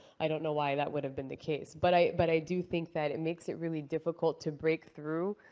i don't know why that would have been the case. but i but i do think that it makes it really difficult to break through